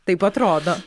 taip atrodo